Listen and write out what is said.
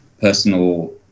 personal